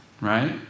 right